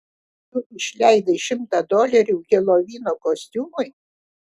tu išleidai šimtą dolerių helovino kostiumui